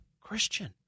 Christian